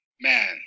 Man